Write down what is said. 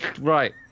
Right